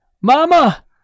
Mama